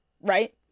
Right